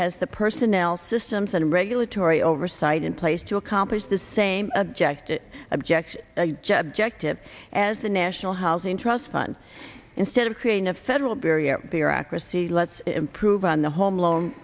has the personnel systems and regulatory oversight in place to accomplish the same objective object objective as the national housing trust fund instead of creating a federal barrier here accuracy let's improve on the home loan